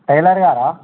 tailor గారా